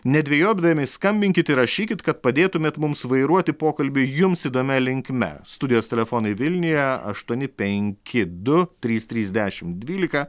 nedvejodami skambinkit ir rašykit kad padėtumėt mums vairuoti pokalbį jums įdomia linkme studijos telefonai vilniuje aštuoni penki du trys trys dešim dvylika